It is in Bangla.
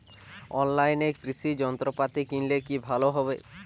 অনলাইনে কৃষি যন্ত্রপাতি কিনলে কি ভালো হবে?